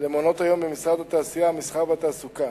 למעונות-היום במשרד התעשייה, המסחר והתעסוקה.